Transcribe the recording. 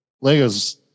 Lego's